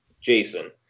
Jason